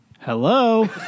hello